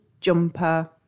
jumper